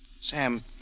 Sam